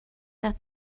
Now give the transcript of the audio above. ddod